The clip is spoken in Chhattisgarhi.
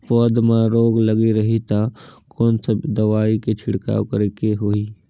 पौध मां रोग लगे रही ता कोन सा दवाई के छिड़काव करेके होही?